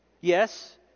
Yes